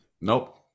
nope